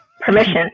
permission